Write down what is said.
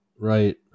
Right